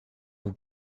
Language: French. vous